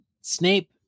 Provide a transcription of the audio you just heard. Snape